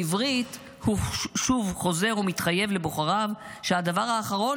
בעברית הוא חוזר ומתחייב לבוחריו שהדבר האחרון